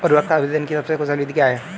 उर्वरक आवेदन की सबसे कुशल विधि क्या है?